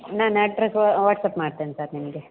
ನನ್ನ address WhatsApp ಮಾಡ್ತೇನೆ sir ನಿಮಗೆ